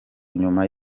nyuma